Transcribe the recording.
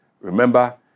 Remember